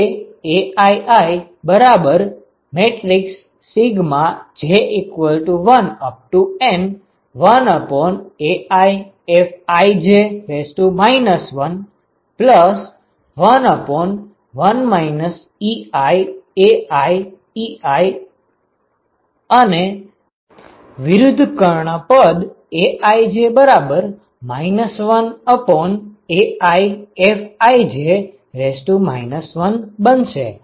તે aiij1N1AiFij 111 iAii અને વિરૃદ્ધ કર્ણ પદ aij 1AiFij 1 બનશે